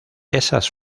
esas